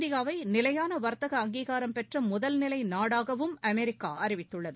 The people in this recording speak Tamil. இந்தியாவைநிலையானவர்த்தக அங்கீகாரம் பெற்றமுதல்நிலைநாடாகவும் அமெரிக்காஅறிவித்துள்ளது